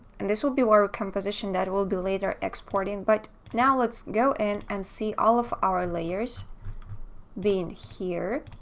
and this will be where a composition that we'll be later exporting, but now let's go in and see all of our layers being here.